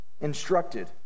instructed